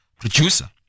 producer